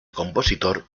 compositor